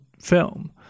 film